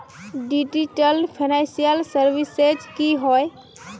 Digital financial services की होय?